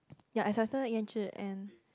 ya I suspected Yan-Zhi and